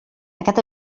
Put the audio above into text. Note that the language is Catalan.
aquest